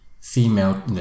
female